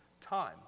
time